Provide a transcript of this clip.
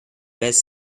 best